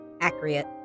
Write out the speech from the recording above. Accurate